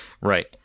Right